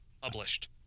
published